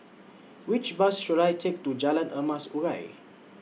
Which Bus should I Take to Jalan Emas Urai